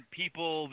people